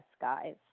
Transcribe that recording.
guys